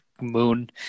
moon